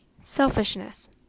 selfishness